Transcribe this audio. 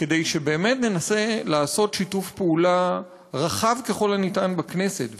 כדי שבאמת ננסה לעשות שיתוף פעולה רחב ככל הניתן בכנסת,